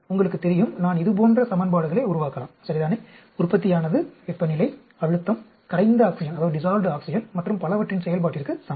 உங்களுக்கு தெரியும் நான் இது போன்ற சமன்பாடுகளை உருவாக்கலாம் சரிதானே உற்பத்தியானது வெப்பநிலை அழுத்தம் கரைந்த ஆக்ஸிஜன் மற்றும் பலவற்றின் செயல்பாட்டிற்கு சமம்